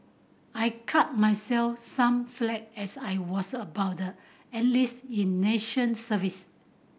I cut myself some slack as I was about the enlist in nation service